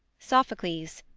sophocles,